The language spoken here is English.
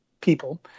people